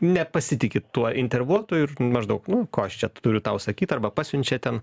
nepasitiki tuo intervoltu ir maždaug nu ko aš čia turiu tau sakyt arba pasiunčia ten